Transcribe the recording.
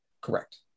Correct